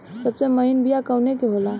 सबसे महीन बिया कवने के होला?